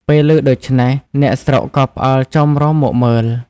ពេលឮដូច្នេះអ្នកស្រុកក៏ផ្អើលចោមរោមមកមើល។